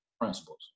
principles